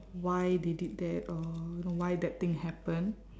why they did that or you know why that thing happen